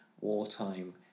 wartime